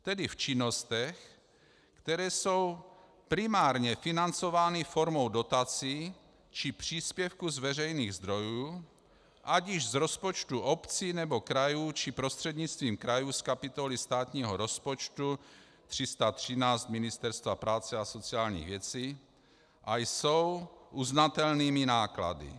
Tedy v činnostech, které jsou primárně financovány formou dotací či příspěvku z veřejných zdrojů, ať již z rozpočtu obcí, nebo krajů, či prostřednictvím krajů z kapitoly státního rozpočtu 313 Ministerstva práce a sociálních věcí, a jsou uznatelnými náklady.